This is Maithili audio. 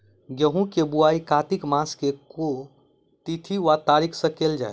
गेंहूँ केँ बोवाई कातिक मास केँ के तिथि वा तारीक सँ कैल जाए?